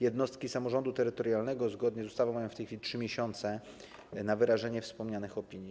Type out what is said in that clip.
Jednostki samorządu terytorialnego zgodnie z ustawą mają w tej chwili 3 miesiące na wyrażenie wspomnianych opinii.